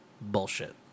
Bullshit